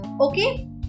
okay